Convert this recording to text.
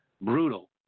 brutal